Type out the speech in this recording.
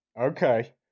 Okay